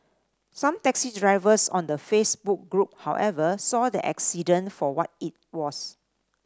some taxi drivers on the Facebook group however saw the accident for what it was